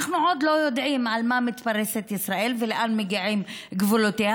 אנחנו עוד לא יודעים על מה מתפרסת ישראל ולאן מגיעים גבולותיה,